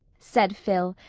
said phil,